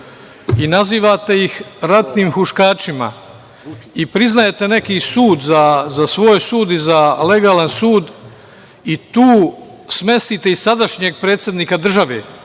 i nazivate ih ratnim huškačima i priznajete neki sud za svoj sud i za legalan sud i tu smestite i sadašnjeg predsednika države,